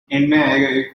there